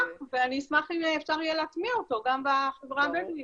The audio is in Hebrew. ואני אשמח אם אפשר יהיה להטמיע אותו גם בחברה הבדואית.